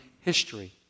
history